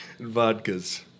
Vodkas